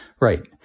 Right